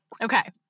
Okay